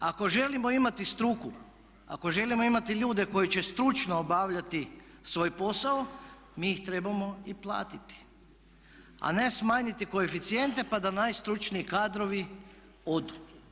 Ako želimo imati struku, ako želimo imati ljude koji će stručno obavljati svoj posao mi ih trebamo i platiti a ne smanjiti koeficijente pa da najstručniji kadrovi odu.